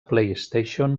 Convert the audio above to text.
playstation